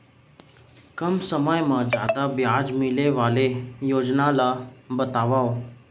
कम समय मा जादा ब्याज मिले वाले योजना ला बतावव